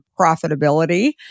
profitability